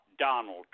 Donald